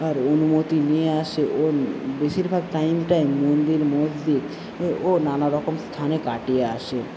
অনুমতি নিয়ে আসে ও বেশিরভাগ টাইমটাই মন্দির মসজিদ ও নানারকম স্থানে কাটিয়ে আসে